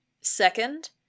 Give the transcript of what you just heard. second